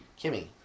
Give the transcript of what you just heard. Kimmy